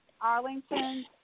Arlington